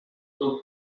two